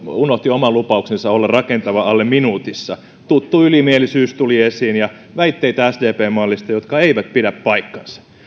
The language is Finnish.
unohti oman lupauksensa olla rakentava alle minuutissa tuttu ylimielisyys tuli esiin ja sdpn mallista väitteitä jotka eivät pidä paikkaansa